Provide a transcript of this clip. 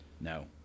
No